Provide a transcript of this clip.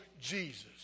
Jesus